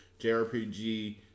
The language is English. JRPG